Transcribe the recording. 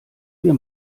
wir